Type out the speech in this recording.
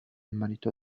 marito